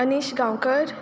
Anish Gaonkar